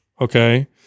Okay